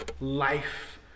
Life